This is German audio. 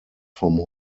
vom